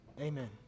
Amen